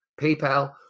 PayPal